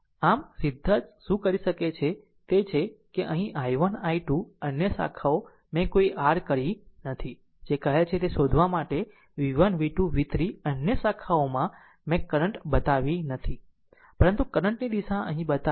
આમ સીધા જ શું કરી શકે છે તે છે કે અહીં i1 i 2 અન્ય શાખાઓ મેં કોઈ r કરી નથી જે કહે છે તે શોધવા માટે v1 v2 v3 અન્ય શાખાઓમાં મેં કરંટ બતાવી નથી પરંતુ કરંટ ની દિશા અહીં બતાવી છે